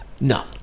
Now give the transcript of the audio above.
No